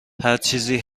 هرچیزی